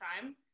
time